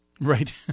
Right